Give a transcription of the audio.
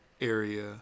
area